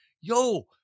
yo